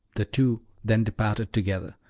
the two then departed together,